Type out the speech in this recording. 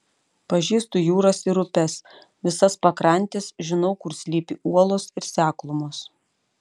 pažįstu jūras ir upes visas pakrantes žinau kur slypi uolos ir seklumos